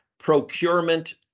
Procurement